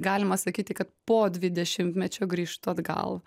galima sakyti kad po dvidešimtmečio grįžtu atgal